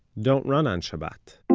don't run on shabbat